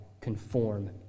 conform